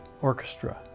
orchestra